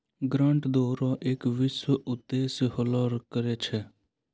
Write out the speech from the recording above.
grant दै रो एक विशेष उद्देश्य होलो करै छै